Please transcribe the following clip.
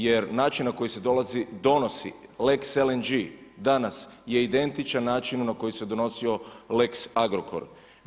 Jer način na koji se donosi lex LNG danas je identičan načinu na koji se donosio lex Agrokor.